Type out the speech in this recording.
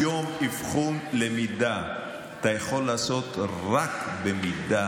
היום אבחון למידה אתה יכול לעשות רק אם חלילה